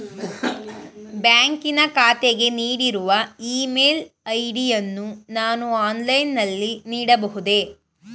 ಬ್ಯಾಂಕಿನ ಖಾತೆಗೆ ನೀಡಿರುವ ಇ ಮೇಲ್ ಐ.ಡಿ ಯನ್ನು ನಾನು ಆನ್ಲೈನ್ ನಲ್ಲಿ ನೀಡಬಹುದೇ?